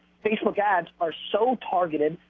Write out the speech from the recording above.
facebook ads are so targeted,